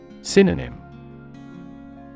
Synonym